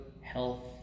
health